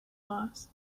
boss